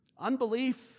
Unbelief